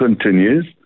continues